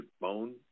bone